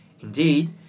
Indeed